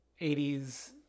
80s